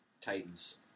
Titans